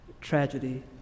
tragedy